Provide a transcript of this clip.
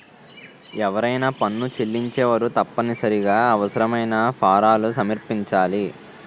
ఎవరైనా పన్ను చెల్లించేవారు తప్పనిసరిగా అవసరమైన ఫారాలను సమర్పించాలి